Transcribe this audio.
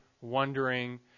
wondering